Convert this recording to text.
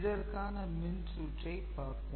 இதற்கான மின்சுற்றைப் பார்ப்போம்